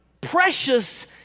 precious